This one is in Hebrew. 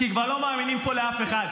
כי כבר לא מאמינים פה לאף אחד.